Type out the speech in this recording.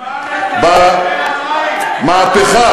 מה הנתונים?